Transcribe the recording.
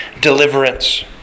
deliverance